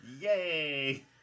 Yay